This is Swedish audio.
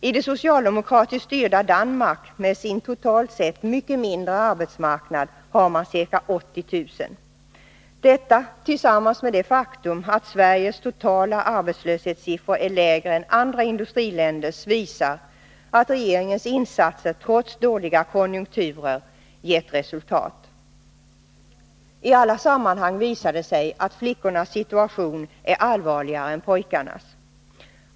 I det socialdemokratiskt styrda Danmark med sin totalt sett mycket mindre arbetsmarknad har man ca 80 000. Detta tillsammans med det faktum att Sveriges totala arbetslöshetssiffror är lägre än andra industriländers visar att regeringens insatser, trots dåliga konjunkturer, gett resultat. I alla sammanhang visar det sig att flickornas situation är allvarligare än pojkarnas.